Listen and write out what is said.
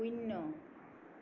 শূন্য